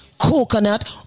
Coconut